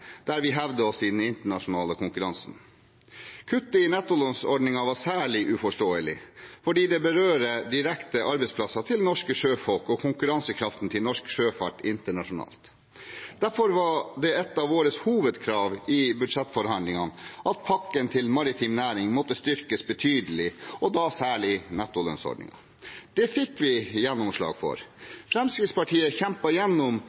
der vi hevder oss i den internasjonale konkurransen. Kuttet i nettolønnsordningen var særlig uforståelig fordi det berører direkte arbeidsplasser til norske sjøfolk og konkurransekraften til norsk sjøfart internasjonalt. Derfor var det et av våre hovedkrav i budsjettforhandlingene at pakken til maritim næring måtte styrkes betydelig, og da særlig nettolønnsordningen. Det fikk vi gjennomslag